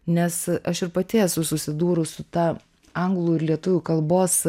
nes aš ir pati esu susidūrus su ta anglų ir lietuvių kalbos